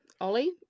Ollie